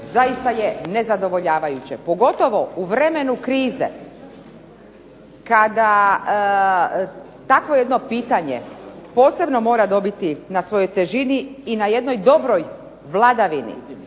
zaista je nezadovoljavajuće pogotovo u vremenu krize, kada takvo jedno pitanje posebno mora dobiti na svojoj težini i na jednoj dobroj vladavini.